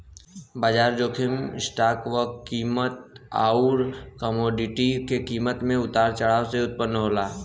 बाजार जोखिम स्टॉक क कीमत आउर कमोडिटी क कीमत में उतार चढ़ाव से उत्पन्न होला